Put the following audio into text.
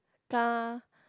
ka